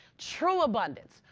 true abundance.